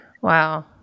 Wow